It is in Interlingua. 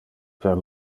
per